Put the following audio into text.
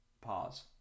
Pause